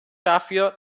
dafür